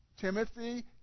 Timothy